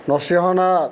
Narsinghnath